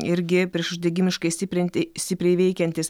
irgi priešuždegimiškai stiprinti stipriai veikiantis